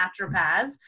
naturopaths